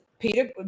Peter